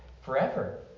forever